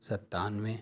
ستانوے